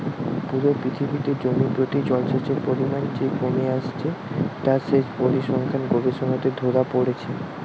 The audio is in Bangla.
পুরো পৃথিবীতে জমি প্রতি জলসেচের পরিমাণ যে কমে আসছে তা সেচ পরিসংখ্যান গবেষণাতে ধোরা পড়ছে